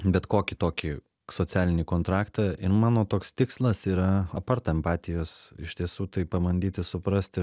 bet kokį tokį socialinį kontraktą ir mano toks tikslas yra apart empatijos iš tiesų tai pabandyti suprasti